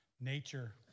nature